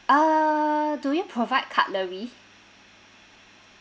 uh do you provide cutlery